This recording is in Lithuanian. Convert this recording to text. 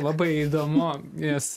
labai įdomu jis